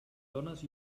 dones